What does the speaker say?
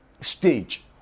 stage